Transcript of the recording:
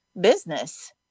business